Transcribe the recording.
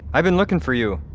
i've been looking for you.